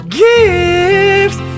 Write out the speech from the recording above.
gifts